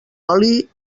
oli